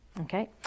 okay